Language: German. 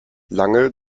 lange